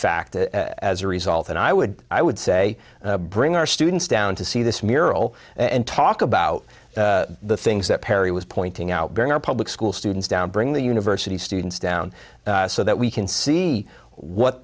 fact as a result and i would i would say bring our students down to see this mural and talk about the things that perry was pointing out during our public school students down bring the university students down so that we can see what